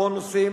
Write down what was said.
בונוסים